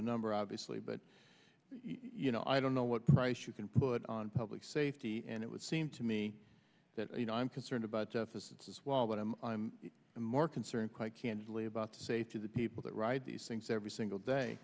a number obviously but you know i don't know what price you can put on public safety and it would seem to me that you know i'm concerned about deficits as well but i'm more concerned quite candidly about to say to the people that write these things every single day